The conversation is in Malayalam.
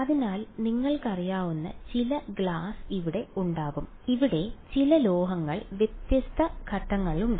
അതിനാൽ നിങ്ങൾക്കറിയാവുന്ന ചില ഗ്ലാസ് ഇവിടെ ഉണ്ടാകും ഇവിടെ ചില ലോഹങ്ങൾ വ്യത്യസ്ത ഘടകങ്ങളുണ്ട്